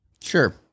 Sure